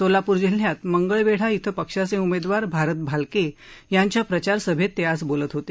सोलापूर जिल्ह्यात मंगळवेढा ॐ पक्षाचे उमेदवार भारत भालके यांच्या प्रचार सभेत ते आज बोलत होते